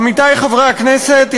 עמיתי חברי הכנסת,